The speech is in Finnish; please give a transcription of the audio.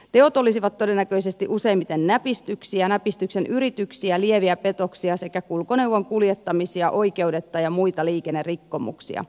teot olisivat todennäköisesti useimmiten näpistyksiä näpistyksen yrityksiä lieviä petoksia sekä kulkuneuvon kuljettamisia oikeudetta ja muita liikennerikkomuksia